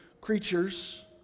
creatures